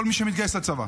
כל מי שמתגייס לצבא.